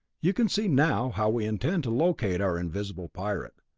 you can see now how we intend to locate our invisible pirate.